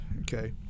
okay